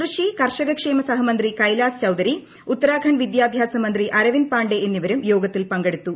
കൃഷി കർഷകക്ഷേമ സഹമന്ത്രി കൈലാഷ് ചൌധരി ഉത്തരാഖണ്ഡ് വിദ്യാഭ്യാസമന്ത്രി അരവിന്ദ് പാണ്ഡെ എന്നിവരും യോഗത്തിൽ പങ്കെടുത്തു